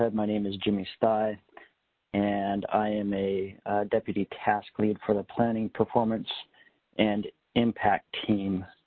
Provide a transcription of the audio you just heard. ah my name is jimmy steyee and i am a deputy task lead for the planning performance and impact team